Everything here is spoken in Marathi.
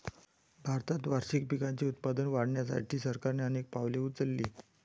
भारतात वार्षिक पिकांचे उत्पादन वाढवण्यासाठी सरकारने अनेक पावले उचलली